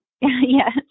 Yes